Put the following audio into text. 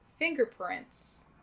fingerprints